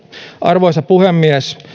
arvoisa puhemies